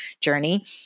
journey